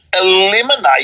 eliminate